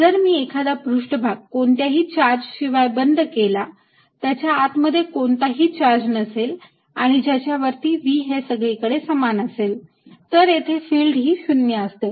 जर मी एखादा पृष्ठभाग कोणत्याही चार्ज शिवाय बंद केला त्याच्या आत मध्ये कोणताही चार्ज नसेल आणि ज्याच्या वरती V हे सगळीकडे समान असेल तर येथे फिल्ड ही 0 असते